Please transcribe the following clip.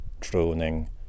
droning